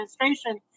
administration